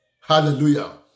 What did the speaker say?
Hallelujah